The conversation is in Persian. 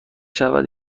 شود